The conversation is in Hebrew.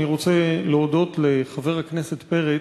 אני רוצה להודות לחבר הכנסת פרץ,